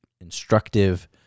instructive